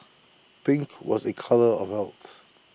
pink was A colour of health